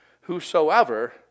Whosoever